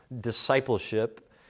discipleship